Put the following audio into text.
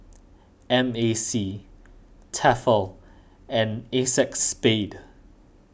M A C Tefal and Acexspade